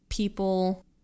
People